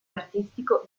artistico